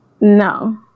No